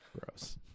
Gross